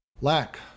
Lack